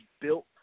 built